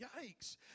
yikes